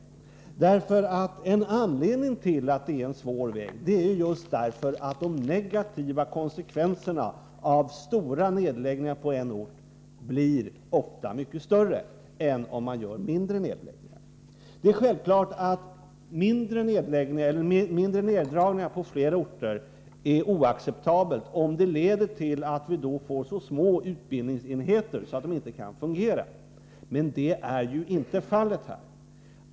En anledning till att det är en svår väg är just att de negativa konsekvenserna av stora nedläggningar på en ort ofta blir större än om man gör flera mindre nedläggningar. Det är klart att mindre neddragningar på flera orter är oacceptabla, om de leder till att vi får så små utbildningsenheter att de inte kan fungera, men så är det inte i detta fall.